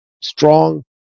strong